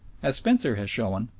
as spencer has shown,